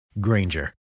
Granger